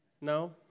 No